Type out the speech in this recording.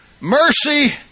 mercy